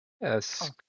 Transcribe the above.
Yes